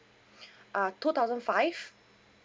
ah two thousand five